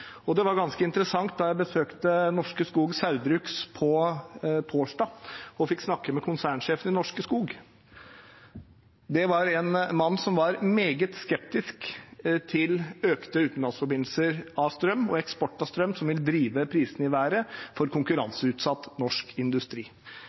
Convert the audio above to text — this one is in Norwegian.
Det var ganske interessant da jeg besøkte Norske Skog Saugbrugs på torsdag og fikk snakke med konsernsjefen i Norske Skog. Det var en mann som var meget skeptisk til økte utenlandsforbindelser av strøm og eksport av strøm, som vil drive prisene i været for